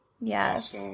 Yes